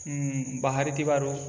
ବାହାରି ଥିବାରୁ